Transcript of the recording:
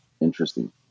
Interesting